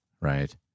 right